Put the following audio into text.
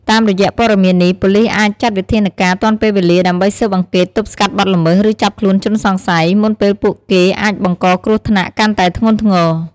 តាមរយៈព័ត៌មាននេះ ប៉ូលិសអាចចាត់វិធានការទាន់ពេលវេលា ដើម្បីស៊ើបអង្កេត ទប់ស្កាត់បទល្មើស ឬចាប់ខ្លួនជនសង្ស័យ មុនពេលពួកគេអាចបង្កគ្រោះថ្នាក់កាន់តែធ្ងន់ធ្ងរ។